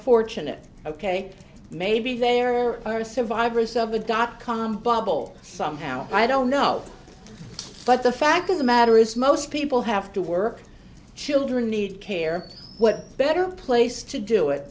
fortunate ok maybe there are survivors of the dot com bubble somehow i don't know but the fact of the matter is most people have to work children need care what better place to do it